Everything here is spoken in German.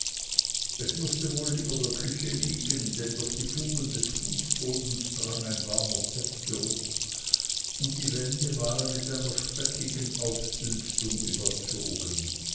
es mußte wohl über der küche liegen denn durch die fugen des fußbodens drang ein warmer fettgeruch und die wände waren mit einer speckigen ausdünstung überzogen